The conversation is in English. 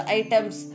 items